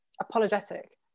apologetic